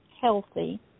healthy